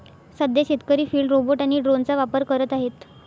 सध्या शेतकरी field robot आणि ड्रोनचा वापर करत आहेत